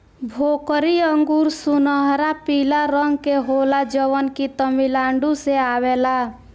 भोकरी अंगूर सुनहरा पीला रंग के होला जवन की तमिलनाडु से आवेला